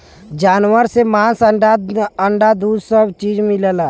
जानवर से मांस अंडा दूध स चीज मिलला